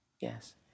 Yes